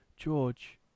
George